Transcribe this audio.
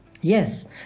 Yes